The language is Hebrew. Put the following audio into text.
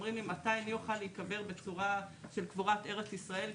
ואומרים לי מתי אני אוכל להיקבר בצורה של קבורת ארץ ישראל?